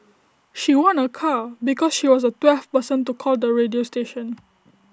she won A car because she was the twelfth person to call the radio station